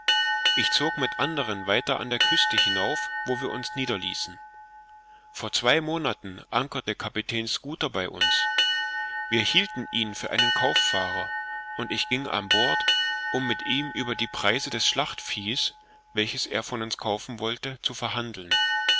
ich zog mit anderen weiter an der küste hinauf wo wir uns niederließen vor zwei monaten ankerte kapitän schooter bei uns wir hielten ihn für einen kauffahrer und ich ging an bord um mit ihm über die preise des schlachtviehes welches er von uns kaufen wollte zu verhandeln